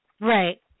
Right